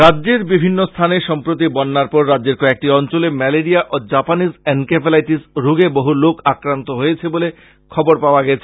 রাজ্যের বিভিন্ন স্থানে সম্প্রতি বন্যার পর রাজ্যের কয়েকটি অঞ্চলে ম্যালেরিয়া ও জাপানিজ এন কে ফেলাইটিস রোগে বহু লোক আক্রান্ত হয়েছে বলে খবর পাওয়া গেছে